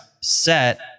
Set